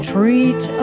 Treat